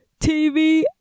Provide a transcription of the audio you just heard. TV